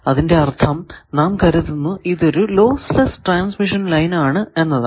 അതിന്റെ അർഥം നാം കരുതുന്നത് ഇതൊരു ലോസ് ലെസ്സ് ട്രാൻസ്മിഷൻ ലൈൻ ആണ് എന്നതാണ്